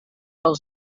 els